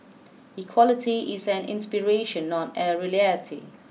equality is an inspiration not a